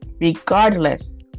regardless